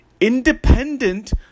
independent